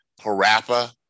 Parappa